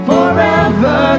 Forever